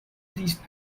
these